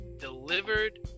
delivered